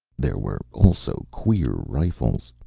there were also queer rifles.